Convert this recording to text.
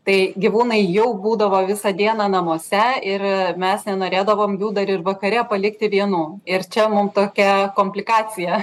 tai gyvūnai jau būdavo visą dieną namuose ir mes nenorėdavom jų dar ir vakare palikti vienų ir čia mum tokia komplikacija